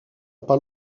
pas